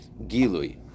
gilui